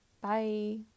Bye